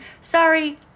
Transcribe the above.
Sorry